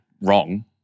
wrong